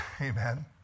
Amen